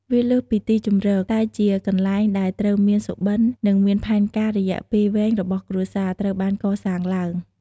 វាលើសពីទីជម្រក តែជាកន្លែងដែលត្រូវមានសុបិន និងមានផែនការរយៈពេលវែងរបស់គ្រួសារ ត្រូវបានកសាងឡើង។